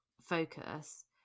focus